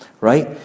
right